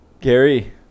Gary